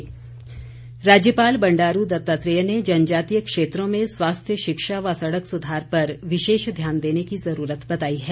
राज्यपाल राज्यपाल बंडारू दत्तात्रेय ने जनजातीय क्षेत्रों में स्वास्थ्य शिक्षा व सड़क सुधार पर विशेष ध्यान देने की जरूरत बताई है